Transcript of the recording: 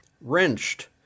Wrenched